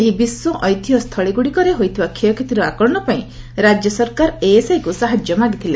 ଏହି ବିଶ୍ୱ ଐତିହ୍ୟ ସ୍ଥଳୀଗୁଡ଼ିକରେ ହୋଇଥିବା କ୍ଷୟକ୍ଷତିର ଆକଳନ ପାଇଁ ରାଜ୍ୟ ସରକାର ଏଏସ୍ଆଇକୁ ସାହାଯ୍ୟ ମାଗିଥିଲେ